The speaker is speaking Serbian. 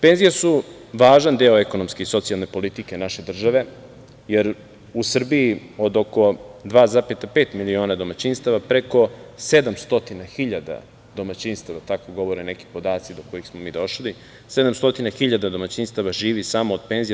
Penzije su važan deo ekonomske i socijalne politike naše države, jer u Srbiji od oko 2,5 miliona domaćinstava, preko 700 hiljada domaćinstava, tako govore neki podaci do kojih smo mi došli, živi samo od penzije.